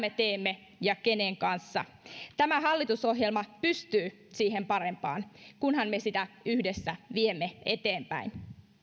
me teemme ja kenen kanssa tämä hallitusohjelma pystyy siihen parempaan kunhan me sitä yhdessä viemme eteenpäin